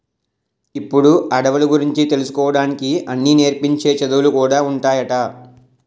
ఇప్పుడు అడవుల గురించి తెలుసుకోడానికి అన్నీ నేర్పించే చదువులు కూడా ఉన్నాయట